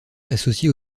associé